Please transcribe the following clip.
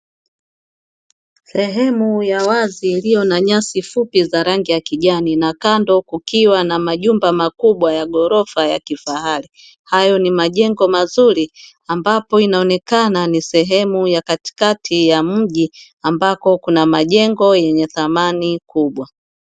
Sehemu ya wazi iliyo na nyasi fupi za rangi ya kijani na kando kukiwa na majumba makubwa ya ghorofa ya kifahari. Hayo ni majengo mazuri ambapo inaonekana ni sehemu ya katikati ya mji ambako kuna majengo yenye thamani kubwa.